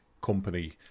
company